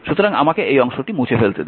সুতরাং আমাকে এই অংশটি মুছে ফেলতে দিন